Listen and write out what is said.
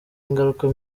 ingaruka